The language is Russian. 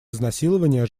изнасилования